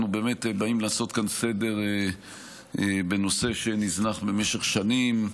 אנחנו באים לעשות כאן סדר בנושא שנזנח במשך שנים,